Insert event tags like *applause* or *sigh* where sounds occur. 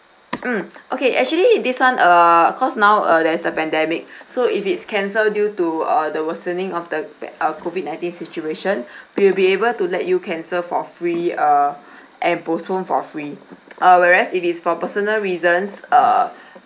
mm okay actually this [one] err cause now uh there's the pandemic *breath* so if it's cancelled due to uh the worsening of the uh COVID nineteen situation *breath* we'll be able to let you cancel for free uh *breath* and postpone for free uh whereas if it's for personal reasons err